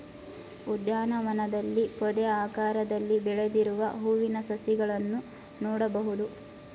ಉದ್ಯಾನವನದಲ್ಲಿ ಪೊದೆಯಾಕಾರದಲ್ಲಿ ಬೆಳೆದಿರುವ ಹೂವಿನ ಸಸಿಗಳನ್ನು ನೋಡ್ಬೋದು